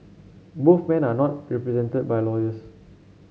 both men are not represented by lawyers